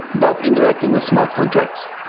but interacting with smart contracts.